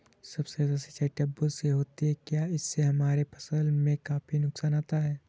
सबसे ज्यादा सिंचाई ट्यूबवेल से होती है क्या इससे हमारे फसल में काफी नुकसान आता है?